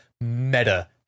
Meta